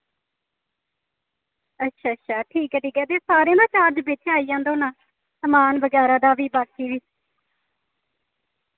अच्छा अच्छा ठीक ऐ ठीक ऐ फिर सारें दा चार्ज बिच आई जंदा होना समान बगैरा दा बि बाकी बी